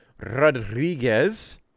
Rodriguez